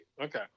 Okay